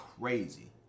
crazy